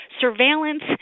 surveillance